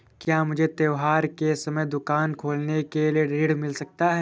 क्या मुझे त्योहार के समय दुकान खोलने के लिए ऋण मिल सकता है?